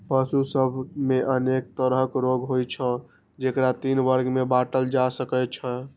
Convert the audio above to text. पशु सभ मे अनेक तरहक रोग होइ छै, जेकरा तीन वर्ग मे बांटल जा सकै छै